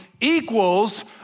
equals